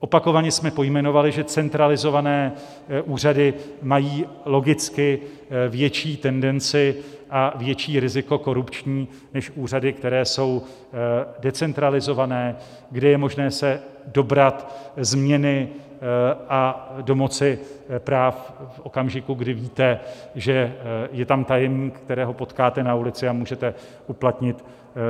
Opakovaně jsme pojmenovali, že centralizované úřady mají logicky větší tendenci a větší korupční riziko než úřady, které jsou decentralizované, kdy je možné se dobrat změny a domoci práv v okamžiku, kdy víte, že je tam tajemník, kterého potkáte na ulici, a můžete uplatnit